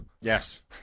Yes